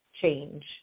change